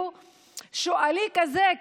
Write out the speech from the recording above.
שועלי כזה,